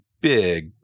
big